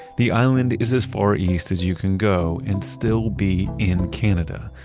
the island is as far east as you can go and still be in canada.